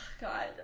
God